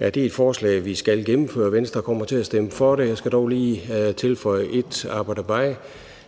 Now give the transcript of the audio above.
er det et forslag, vi skal gennemføre. Venstre kommer til at stemme for det. Jeg skal dog lige tilføje et aber dabei: